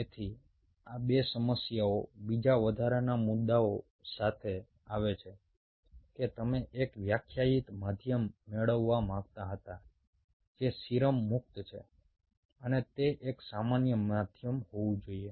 તેથી આ 2 સમસ્યાઓ બીજા વધારાના મુદ્દા સાથે આવે છે કે તમે એક વ્યાખ્યાયિત માધ્યમ મેળવવા માંગતા હતા જે સીરમ મુક્ત છે અને તે એક સામાન્ય માધ્યમ હોવું જોઈએ